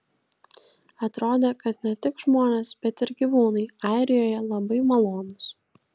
atrodė kad ne tik žmonės bet ir gyvūnai airijoje labai malonūs